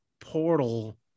portal